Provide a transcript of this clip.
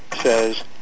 says